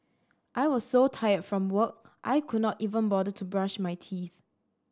I was so tired from work I could not even bother to brush my teeth